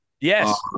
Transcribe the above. Yes